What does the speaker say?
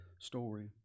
story